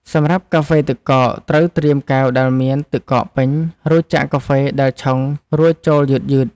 សម្រាប់កាហ្វេទឹកកក ត្រូវត្រៀមកែវដែលមានទឹកកកពេញ រួចចាក់កាហ្វេដែលឆុងរួចចូលយឺតៗ។